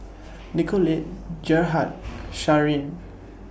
Nicolette Gerhard Sharen